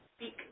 speak